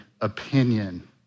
opinion